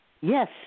Yes